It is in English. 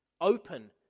open